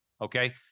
Okay